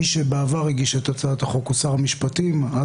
מי שהגיש את הצעת החוק בעבר הוא שר המשפטים גדעון סער,